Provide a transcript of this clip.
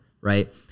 Right